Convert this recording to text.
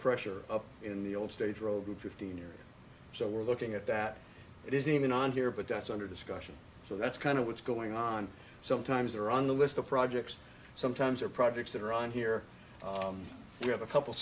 pressure up in the old stage road to fifteen years so we're looking at that it is even on here but that's under discussion so that's kind of what's going on sometimes or on the list of projects sometimes or projects that are on here you have a couple